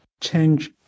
change